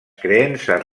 creences